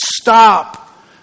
Stop